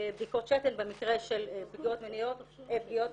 בדיקות שתן במקרה של פגיעות בסמים,